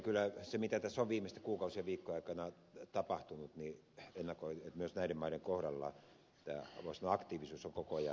kyllä se mitä tässä on viimeisten kuukausien ja viikkojen aikana tapahtunut ennakoi että myös näiden maiden kohdalla voi sanoa aktiivisuus on koko ajan kasvanut